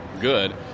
good